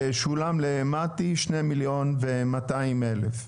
שולם למת"י 2.2 מיליון.